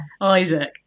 isaac